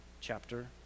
chapter